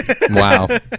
Wow